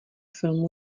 filmu